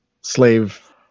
slave